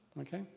Okay